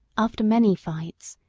after many fights,